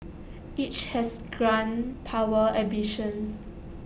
each has grand power ambitions